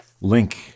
link